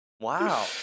Wow